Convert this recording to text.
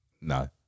no